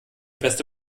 beste